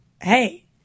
hey